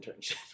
internship